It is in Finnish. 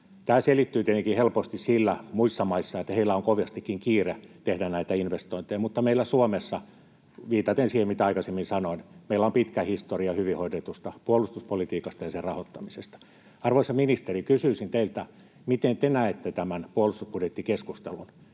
Tämä selittyy tietenkin helposti muissa maissa sillä, että heillä on kovastikin kiire tehdä näitä investointeja, mutta Suomessa — viitaten siihen, mitä aikaisemmin sanoin — meillä on pitkä historia hyvin hoidetusta puolustuspolitiikasta ja sen rahoittamisesta. Arvoisa ministeri, kysyisin teiltä: miten te näette tämän puolustusbudjettikeskustelun?